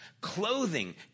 Clothing